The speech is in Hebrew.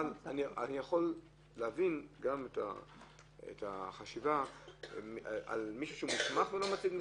אני יכול להבין את החשיבה על מישהו מוסמך שלא מציג מסמכים.